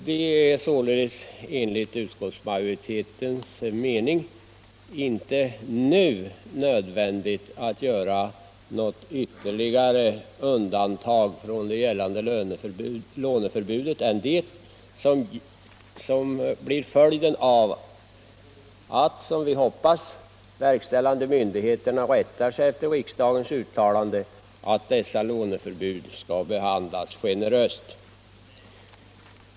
Det är således, enligt utskottsmajoritetens mening, inte nu nödvändigt att göra något ytterligare undantag från det gällande låneförbudet utöver det som blir följden av att, som vi hoppas, de verkställande myndigheterna rättar sig efter riksdagens uttalande att ansökningarna om dispens från detta låneförbud skall behandlas generöst.